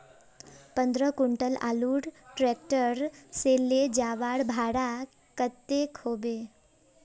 पंद्रह कुंटल आलूर ट्रैक्टर से ले जवार भाड़ा कतेक होबे?